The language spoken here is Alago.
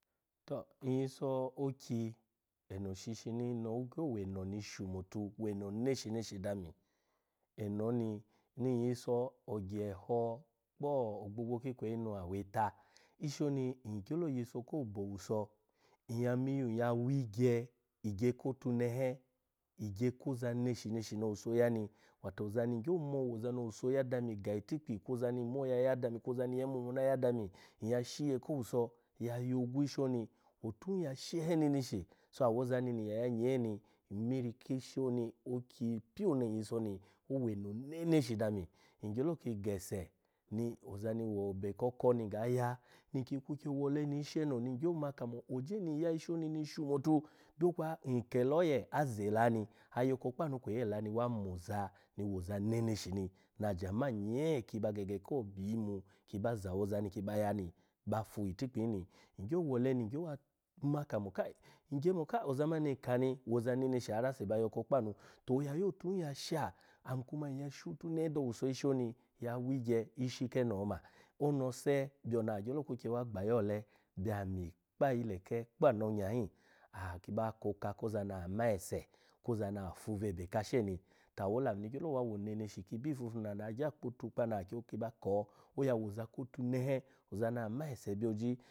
To nyyiso okyi ano shishi no ogyo weno ni shumotu weno neshi neshi dami, eno ni ni nyyiso ogyeho kpo ogbogbo ki ikweyi nu aweta, ishi oni ngyelo nyyiso ko bo owuso, nyya miyun ya wigye igye kotunehe, igye koza neshi neshi no owuso ya ni wato ozani ngyo mo woza ni owuso ya dami ga iti kpi kwo ozani nmo yaya dami kwo ozani nyya yimu mo ona ya dami nyya shi iye ko owuso ya yogwu ishi oni out hin ya shehe neneshi so awozani nyya ya nyee ni nmi iri kishi oni okyi pyu ni nyiso oni oweno neneshi dami ngyelo ki gese ni wozani ebe ko oko ni ngga ya ni nki kwikye wole isheno ni ngyo ma kamo oje ni nyya ishi oni ni shumotu dun kwa nkela oye, azela ni yoko kpa anu kweyi ela ni wa moza ni woza neneshi ni na ajama nyee kiba gege ko gbimu kiba za awozani kiba ya ni ba fu itikpi hin ni. Ngyo wole ni gyo ma kamo kai ngye kamo kai ozamani ni nka ni woza neshi har nse ba yeko kpa anu to oya yo out hin ya sha ami kuma ya shout nehe do owuso ishi oni ya wigye ishi keno oma onose byono agyo kwikye wa gbayi ole bya ami kpa ayileke kpa ano onya hin aha kiba koka koza ni aha ma ese kozani aha ma ese kozani aha fu bwebe kasha mita awolamu ni gyolo wo oneneshi ki bifu nu agyo kiba ko oya woza kotunehe ozani ama ese byo oji.